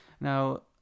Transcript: now